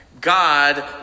God